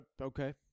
Okay